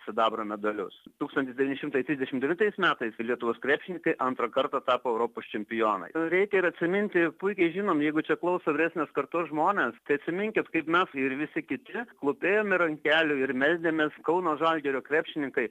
sidabro medalius tūkstantis devyni šimtai trisdešimt devintais metais lietuvos krepšininkai antrą kartą tapo europos čempionais reikia ir atsiminti puikiai žinom jeigu čia klauso vyresnės kartos žmonės tai atsiminkit kaip mes ir visi kiti klūpėjom ir ant kelių ir meldėmės kauno žalgirio krepšininkai